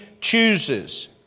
chooses